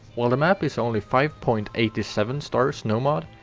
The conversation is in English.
while the map is only five point eight seven stars nomod,